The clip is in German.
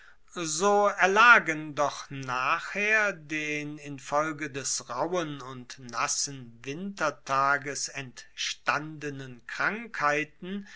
so erlagen doch nachher den infolge des rauhen und nassen wintertages entstandenen krankheiten